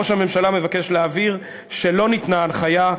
ראש הממשלה מבקש להבהיר שלא ניתנה הנחיה,